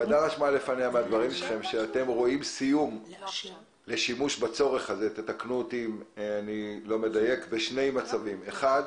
הוועדה רשמה לפניה שאתם רואים סיום לשימוש בכלי הזה בשני מצבים: אחד,